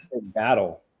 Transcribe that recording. battle